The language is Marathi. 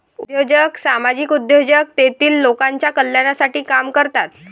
उद्योजक सामाजिक उद्योजक तेतील लोकांच्या कल्याणासाठी काम करतात